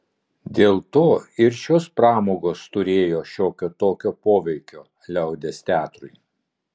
dėl to ir šios pramogos turėjo šiokio tokio poveikio liaudies teatrui